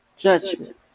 judgment